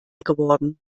geworden